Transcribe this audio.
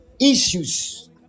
issues